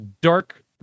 dark